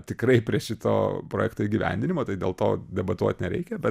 tikrai prie šito projekto įgyvendinimo tai dėl to debatuot nereikia bet